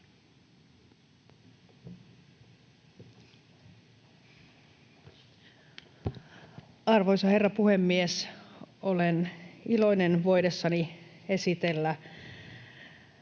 Arvoisa puhemies! Olen iloinen voidessani esitellä